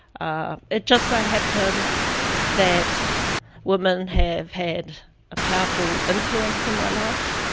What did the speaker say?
ah it just so happened that women have had a powerful influence in my life.